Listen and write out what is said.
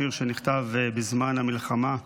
שיר שנכתב בזמן המלחמה.